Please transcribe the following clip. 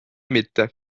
mitte